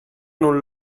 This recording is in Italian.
non